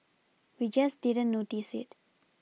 we just didn't notice it